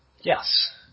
Yes